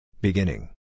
Beginning